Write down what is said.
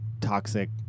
toxic